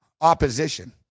Opposition